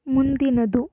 ಮುಂದಿನದು